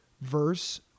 verse